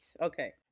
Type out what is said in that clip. Okay